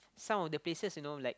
some of the places you know like